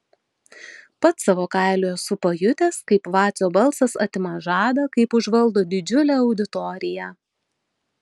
pats savo kailiu esu pajutęs kaip vacio balsas atima žadą kaip užvaldo didžiulę auditoriją